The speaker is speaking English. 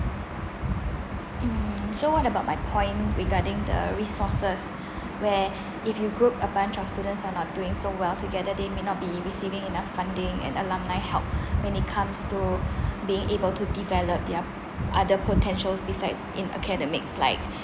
mm so what about my point regarding the resources where if you group a bunch of students who are not doing so well together they may not be receiving enough funding and alumni help when it comes to being able to develop their other potentials besides in academics like